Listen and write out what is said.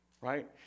right